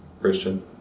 Christian